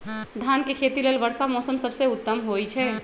धान के खेती लेल वर्षा मौसम सबसे उत्तम होई छै